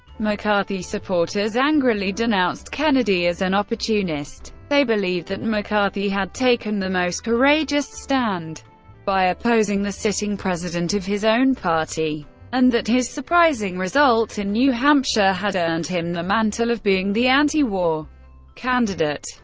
mccarthy supporters angrily denounced kennedy as an opportunist. they believed that mccarthy had taken the most courageous stand by opposing the sitting president of his own party and that his surprising result in new hampshire had earned him the mantle of being the anti-war candidate.